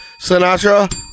Sinatra